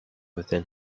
within